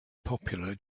popular